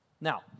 Now